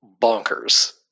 bonkers